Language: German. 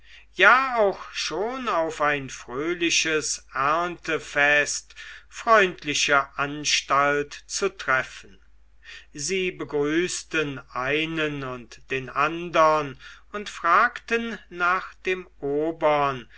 ja auch schon auf ein fröhliches erntefest freundliche anstalt zu treffen sie begrüßten einen und den andern und fragten nach dem obern